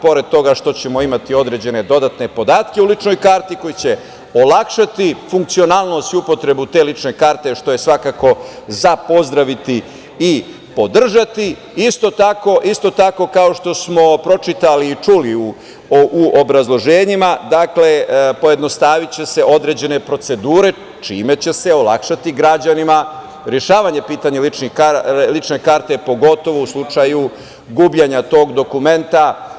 Pored toga što ćemo imati određene dodatne podatke u ličnoj karti koji će olakšati funkcionalnost i upotrebu te lične karte, što je svakako za pozdraviti i podržati, isto tako, kao što smo pročitali i čuli u obrazloženjima, pojednostaviće se određene procedure, čime će se olakšati građanima rešavanje pitanje lične karte, pogotovo u slučaju gubljenja tog dokumenta.